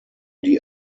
die